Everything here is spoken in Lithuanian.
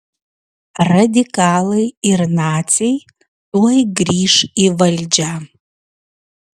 radikalai ir naciai tuoj grįš į valdžią